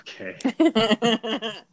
Okay